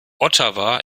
ottawa